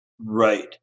right